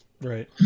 Right